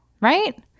Right